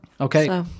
Okay